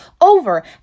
over